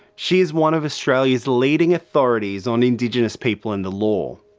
she's one of australia's leading authorities on indigenous people and the law.